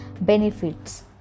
benefits